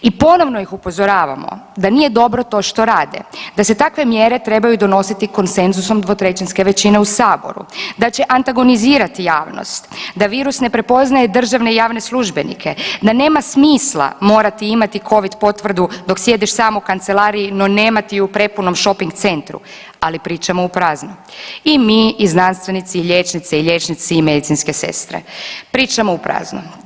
I ponovno ih upozoravamo da nije dobro to što rade, da se takve mjere trebaju donositi konsenzusom dvotrećinske većine u saboru, da će antagonizirati javnost, da virus ne prepoznaje državne i javne službenike, da nema smisla morati imati covid potvrdu dok sjediš sam u kancelariji, no nemati ju u prepunom šoping centru, ali pričamo u prazno, i mi i znanstvenici i liječnice i liječnici i medicinske sestre pričamo u prazno.